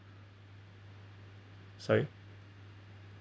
sorry